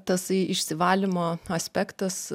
tasai išsivalymo aspektas